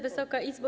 Wysoka Izbo!